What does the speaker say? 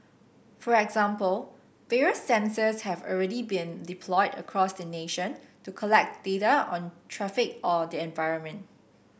for example various sensors have already been deployed across the nation to collect data on traffic or the environment